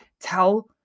tell